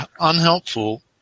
unhelpful